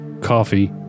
coffee